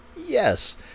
Yes